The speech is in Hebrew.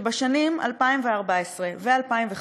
שבשנים 2014 ו-2015,